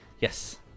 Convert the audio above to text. Yes